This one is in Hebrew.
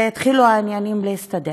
והתחילו העניינים להסתדר.